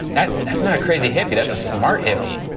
that's that's not a crazy hippie, that's a smart hippie